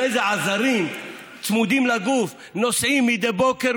עם איזה עזרים צמודים לגוף הם נוסעים מדי בוקר,